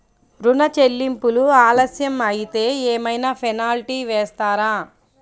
ఋణ చెల్లింపులు ఆలస్యం అయితే ఏమైన పెనాల్టీ వేస్తారా?